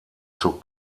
zur